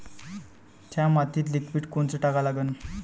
थ्या मातीत लिक्विड कोनचं टाका लागन?